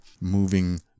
moving